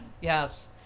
Yes